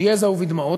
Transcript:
ביזע ובדמעות.